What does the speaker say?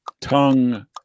tongue